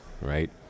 right